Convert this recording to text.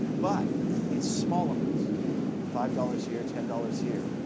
but it's small amounts five dollars here, ten dollars here.